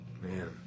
Man